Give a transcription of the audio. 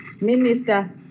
Minister